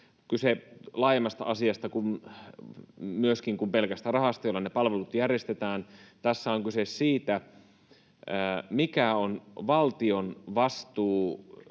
kyse laajemmasta asiasta kuin pelkästä rahasta, jolla ne palvelut järjestetään. Tässä on kyse siitä, mikä on valtion vastuu